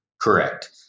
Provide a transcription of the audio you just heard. correct